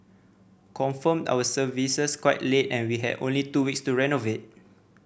confirmed our services quite late and we had only two weeks to renovate